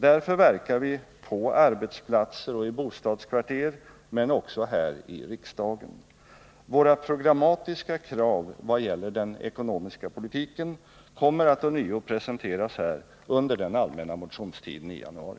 Därför verkar vi på arbetsplatser och i bostadskvarter, men också här i riksdagen. Våra programmatiska krav vad gäller den ekonomiska politiken kommer att ånyo presenteras här under den allmänna motionstiden i januari.